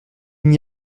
n’y